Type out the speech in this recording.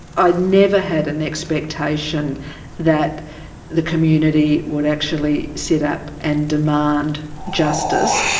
i never had an expectation that the community would actually sit up and demand justice,